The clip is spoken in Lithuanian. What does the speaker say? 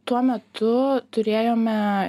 tuo metu turėjome